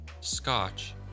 scotch